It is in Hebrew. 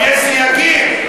יש גם סייגים?